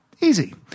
Easy